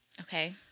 Okay